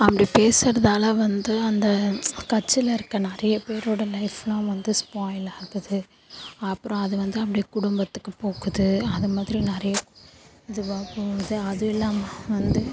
அப்படி பேசுகிறதால வந்து அந்த கட்சியில் இருக்கற நிறைய பேரோடய லைஃபெல்லாம் வந்து ஸ்பாயில் ஆகுது அப்புறம் அது வந்து அப்படி குடும்பத்துக்கு போகுது அது மாதிரி நிறையா இதுவாக போகுது அதுவும் இல்லாமல் வந்து